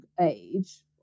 age